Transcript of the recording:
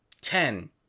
Ten